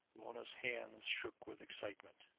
mona's hands shook with excitement.